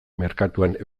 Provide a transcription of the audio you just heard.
merkatuak